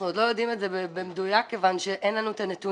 אנחנו עוד לא יודעים את זה במדויק כיוון שאין לנו את הנתונים.